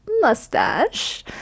mustache